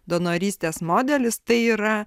donorystės modelis tai yra